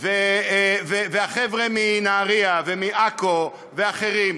והחבר'ה מנהריה ומעכו ואחרים,